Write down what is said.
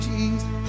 Jesus